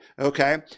Okay